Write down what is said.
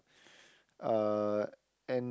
uh